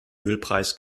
ölpreis